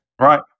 Right